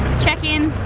check-in,